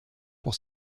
pour